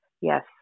Yes